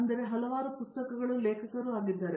ಅವರು ಹಲವಾರು ಪುಸ್ತಕಗಳ ಲೇಖಕರಾಗಿದ್ದಾರೆ